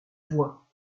voix